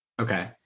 Okay